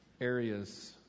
areas